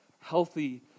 healthy